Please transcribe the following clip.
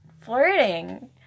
flirting